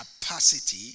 capacity